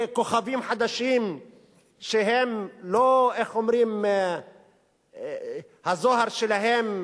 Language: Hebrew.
מכוכבים חדשים שהם לא הזוהר שלהם